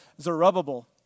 Zerubbabel